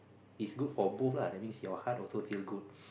it's good for both lah that means your heart also feel good